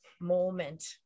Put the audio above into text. moment